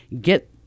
get